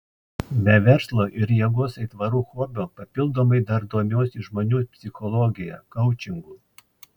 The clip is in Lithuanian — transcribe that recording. be verslo ir jėgos aitvarų hobio papildomai dar domiuosi žmonių psichologija koučingu